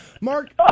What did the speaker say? Mark